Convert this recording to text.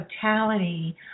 totality